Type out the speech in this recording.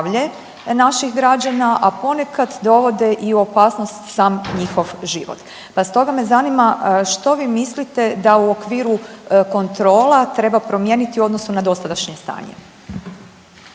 naših građana, a ponekad dovode i u opasnost sam njihov život. Pa stoga me zanima što vi mislite da u okviru kontrola treba promijeniti odnosno na dosadašnje stanje?